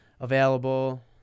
available